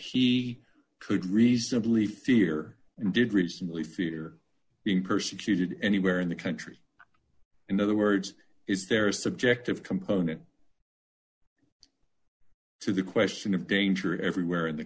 he could reasonably fear and did recently fear being persecuted anywhere in the country in other words is there a subjective component to the question of danger everywhere in the